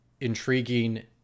intriguing